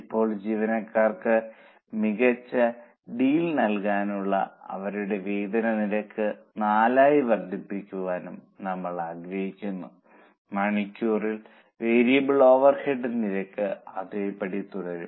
ഇപ്പോൾ ജീവനക്കാർക്ക് മികച്ച ഡീൽ നൽകാനും അവരുടെ വേതന നിരക്ക് 4 ആയി വർദ്ധിപ്പിക്കാനും നമ്മൾ ആഗ്രഹിക്കുന്നു മണിക്കൂർ വേരിയബിൾ ഓവർഹെഡ് നിരക്ക് അതേപടി തുടരും